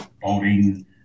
boating